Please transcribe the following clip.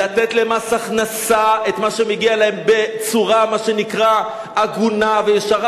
לתת למס הכנסה את מה שמגיע להם בצורה מה שנקרא הגונה וישרה,